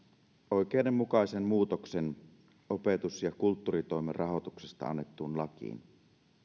oikeudenmukaisen muutoksen opetus ja kulttuuritoimen rahoituksesta annettuun lakiin